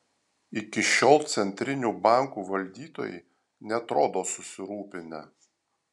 iki šiol centrinių bankų valdytojai neatrodo susirūpinę